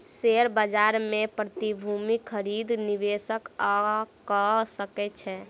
share बाजार मे प्रतिभूतिक खरीद निवेशक कअ सकै छै